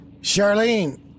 Charlene